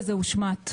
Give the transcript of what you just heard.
זה הושמט.